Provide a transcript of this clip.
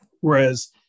whereas